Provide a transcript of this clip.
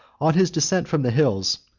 on his descent from the hills,